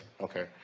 Okay